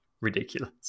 ridiculous